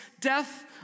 death